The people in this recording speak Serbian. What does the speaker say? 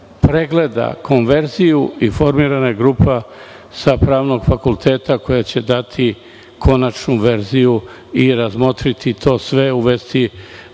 pregleda konverziju i formirana je grupa sa pravnog fakulteta, koja će dati konačnu verziju i razmotriti to sve i uvesti